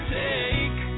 take